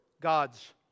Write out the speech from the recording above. God's